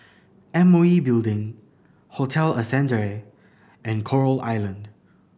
M O E Building Hotel Ascendere and Coral Island